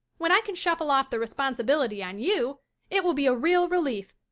when i can shuffle off the responsibility on you it will be a real relief.